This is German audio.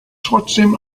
trotzdem